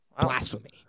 blasphemy